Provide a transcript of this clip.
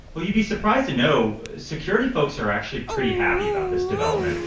well, you'd be surprised to know security folks are actually pretty happy about this development.